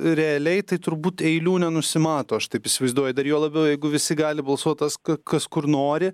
realiai tai turbūt eilių nenusimato aš taip įsivaizduoju dar juo labiau jeigu visi gali balsuot tas kas kur nori